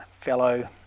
fellow